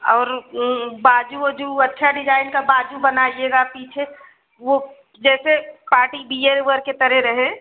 और बाजू ओजू अच्छा डिजाइन का बाजू बनाइएगा पीछे वो जैसे पार्टी बियर उवर की तरह रहे